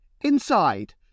Inside